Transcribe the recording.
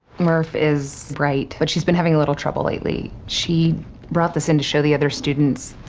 murph is bright, but she's been having a little trouble lately. she brought this in to show the other students.